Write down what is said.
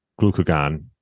glucagon